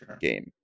game